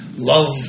Love